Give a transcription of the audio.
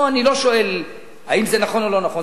פה אני לא שואל אם זה נכון או לא נכון.